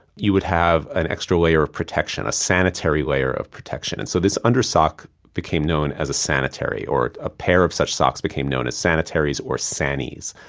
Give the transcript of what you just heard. you would have an extra layer of protection, a sanitary layer of protection. and so this under sock became known as a sanitary or a pair of such socks became known as sanitaries or sannies.